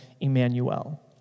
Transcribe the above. Emmanuel